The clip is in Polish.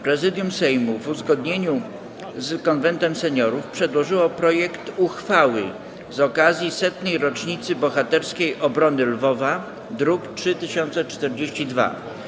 Prezydium Sejmu, w uzgodnieniu z Konwentem Seniorów, przedłożyło projekt uchwały z okazji 100. rocznicy bohaterskiej obrony Lwowa, druk nr 3042.